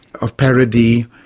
of parody,